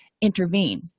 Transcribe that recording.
intervene